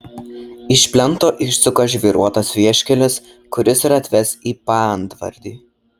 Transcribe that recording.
iš plento išsuka žvyruotas vieškelis kuris ir atves į paantvardį